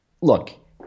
look